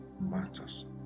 matters